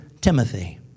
Timothy